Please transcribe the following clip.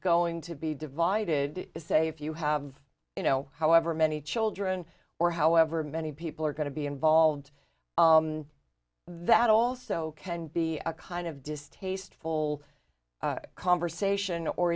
going to be divided to say if you have you know however many children or however many people are going to be involved that also can be a kind of distasteful conversation or